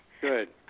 Good